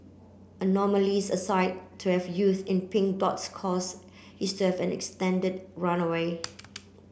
anomalies aside to have youths in Pink Dot's cause is to have an extended runway